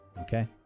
Okay